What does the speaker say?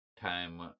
Time